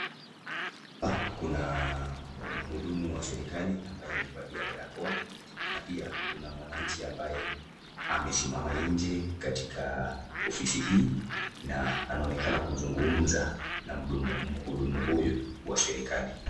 Hapa kuna mhudumu wa serikali ambaye amevalia barakoa na pia kuna mwananchi ambaye amesimama nje katika ofisi hii ,na anaonekana kuzngumza na mhudumu huyu wa serikali.